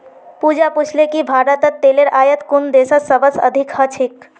पूजा पूछले कि भारतत तेलेर आयात कुन देशत सबस अधिक ह छेक